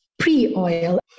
Pre-oil